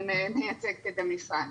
אני מייצגת את המשרד,